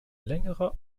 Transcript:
längerer